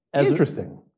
Interesting